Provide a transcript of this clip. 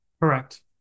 Correct